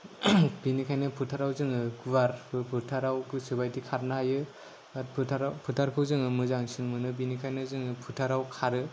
बिनिखायनो फोथाराव जोङो गुवार फोथाराव गोसो बायदि खारनो हायो दा फोथाराव फोथारखौ जोङो मोजांसिन जों मोनो बिनिखायनो जों फोथाराव खारो